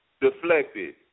deflected